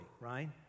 right